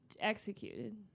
Executed